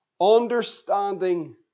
Understanding